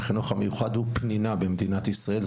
היה פנינה במדינת ישראל.